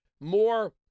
more